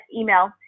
email